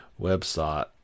website